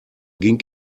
ging